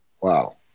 Wow